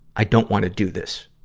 i don't want to do this.